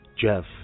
Jeff